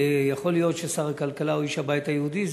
יכול להיות ששר הכלכלה הוא איש הבית היהודי,